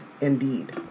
Indeed